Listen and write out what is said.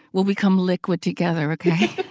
we'll become liquid together, okay?